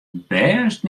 bêst